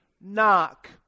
knock